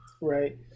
Right